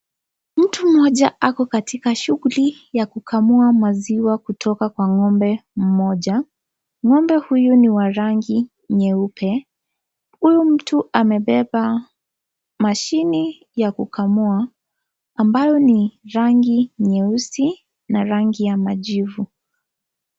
Mtu moja ako katika shughuli ya kukamua maziwa kutoka kwa ng'ombe moja, ng'ombe huyu ni wa rangi nyeupe, huyu mtu amebeba machine ya kukamua ambayo ni rangi nyeusi na rangi ya majibu.